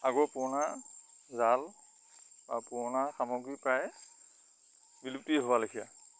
আগৰ পুৰণা জাল বা পুৰণা সামগ্ৰী প্ৰায় বিলুপ্তি হোৱা লেখীয়া